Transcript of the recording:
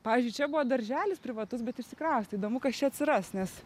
pavyzdžiui čia buvo darželis privatus bet išsikraustė įdomu kas čia atsiras nes